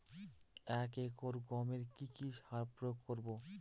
এক একর গমে কি কী সার প্রয়োগ করব?